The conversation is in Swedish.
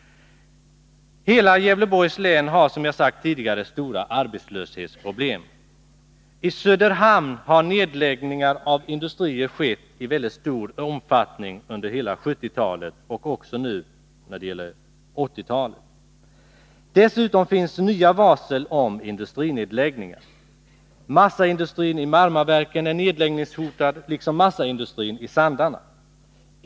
Hela Gävleborgs län har, som jag sagt tidigare, stora arbetslöshetsproblem. I Söderhamn har nedläggningar av industrier skett i mycket stor omfattning under hela 1970-talet och hittills under 1980-talet. Dessutom har vi nya varsel om industrinedläggningar. Massaindustrin i Marmaverken är nedläggningshotad liksom massaindustrin i Sandarne.